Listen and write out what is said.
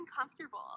uncomfortable